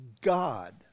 God